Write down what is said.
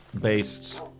based